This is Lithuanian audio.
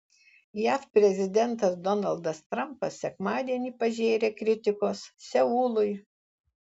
jav prezidentas donaldas trampas sekmadienį pažėrė kritikos seului